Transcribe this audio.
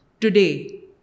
today